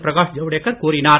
பிரகாஷ் ஜவுடேகர் கூறினார்